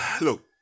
Look